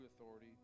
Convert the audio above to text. authority